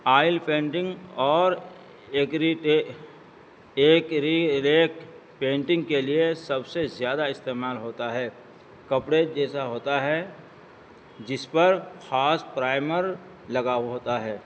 oil painting اور ایکری acrylic painting کے لیے سب سے زیادہ استعمال ہوتا ہے کپڑے جیسا ہوتا ہے جس پر خاص پرائمر لگا ہوا ہوتا ہے